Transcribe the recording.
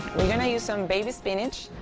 we're going to use some baby spinach,